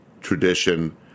tradition